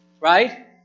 Right